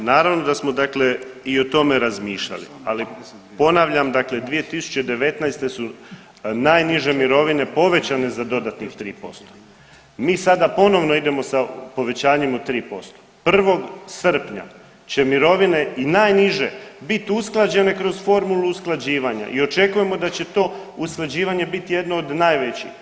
Kolega Lalovac, naravno da smo dakle i o tome razmišljali, ali ponavljam dakle 2019. su najniže mirovine povećane za dodatnih 3%, mi sada ponovno idemo sa povećanjem od 3% 1. srpnja će mirovine i najniže bit usklađene kroz formulu usklađivanja i očekujemo da će to usklađivanje biti jedno od najvećih.